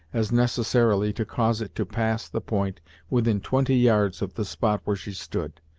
as necessarily to cause it to pass the point within twenty yards of the spot where she stood.